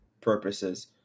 purposes